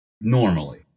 Normally